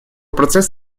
процесс